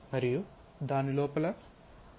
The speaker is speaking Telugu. మరియు దాని లోపల మరో కట్ ఉంది